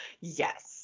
Yes